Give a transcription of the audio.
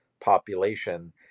population